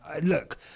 look